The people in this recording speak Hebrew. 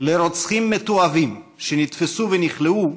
לרוצחים מתועבים שנתפסו ונכלאו,